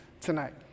tonight